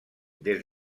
des